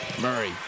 Murray